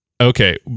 okay